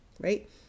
right